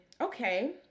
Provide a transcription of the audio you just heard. okay